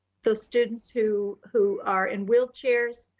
those students who, who are in wheelchairs,